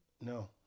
No